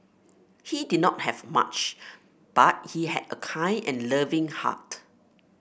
he did not have much but he had a kind and loving heart